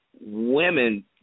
women